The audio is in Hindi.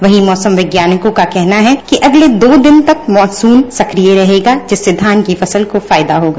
वहीं मौसम वैज्ञानिकों का कहना है अगले दो दिन तक मानसून सक्रिय रहेगा जिससे धान की फसल को फायदा होगा